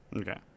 Okay